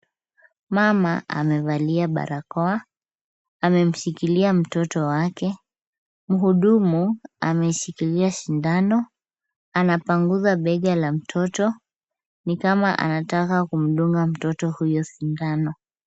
Mama amevalia barakoa, amemshikilia mtoto wake. Mhudumu ameshikilia sindano anapanguza bega la mtoto ni kama anataka kumdunga mtoto huyo sindano.